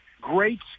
great